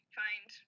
find